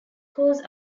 course